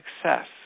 success